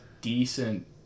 decent